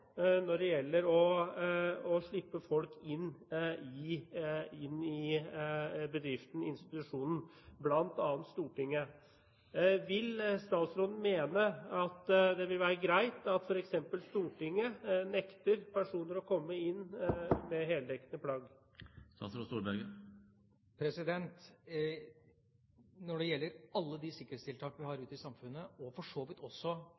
når det gjelder å slippe folk inn i bedriften eller institusjonen, bl.a. Stortinget. Mener statsråden at det vil være greit at f.eks. Stortinget nekter personer å komme inn med heldekkende plagg? Når det gjelder alle de sikkerhetstiltakene vi har ute i samfunnet, og for så vidt også